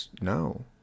no